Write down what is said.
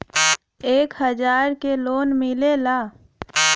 एक हजार के लोन मिलेला?